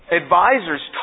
advisors